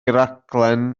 raglen